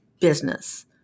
business